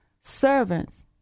servants